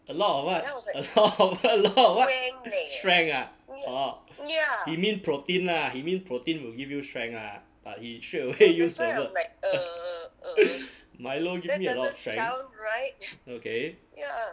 a lot of what a lot of what a lot of what strength ah orh he mean protein ah he mean protein will give you strength ah but he straight away use the word milo gives me a lot of strength okay